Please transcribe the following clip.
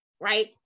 right